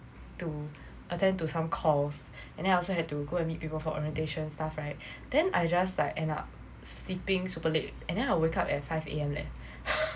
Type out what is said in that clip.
to attend to some calls and I also had to go and meet people for orientation stuff right then I just like end up sleeping super late and then I'll wake up at five A_M leh